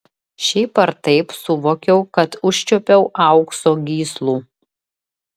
šiaip ar taip suvokiau kad užčiuopiau aukso gyslų